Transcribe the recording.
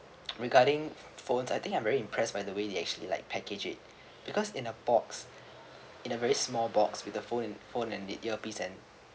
regarding phones I think I'm very impressed by the way they actually like package it because in a box in a very small box with a phone phone and the ear piece and